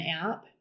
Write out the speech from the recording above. app